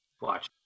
Watch